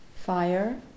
Fire